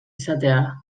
izatea